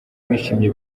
bishimye